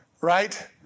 Right